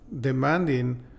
demanding